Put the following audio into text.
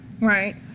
Right